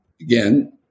again